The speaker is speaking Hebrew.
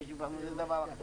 זה דבר אחר.